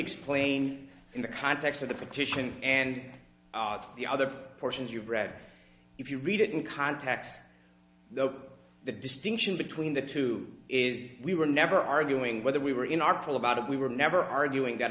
explain in the context of the petition and the other portions you've read if you read it in context though the distinction between the two is we were never arguing whether we were in our poll about it we were never arguing